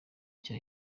cya